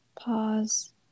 pause